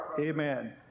Amen